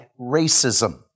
racism